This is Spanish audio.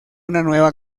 nueva